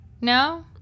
No